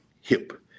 hip